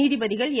நீதிபதிகள் ஏ